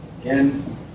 Again